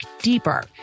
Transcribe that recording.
deeper